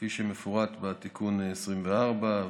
כפי שמפורט בתיקון 24,